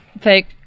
Fake